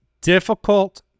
difficult